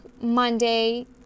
monday